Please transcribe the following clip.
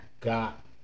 got